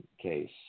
case